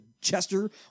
Chester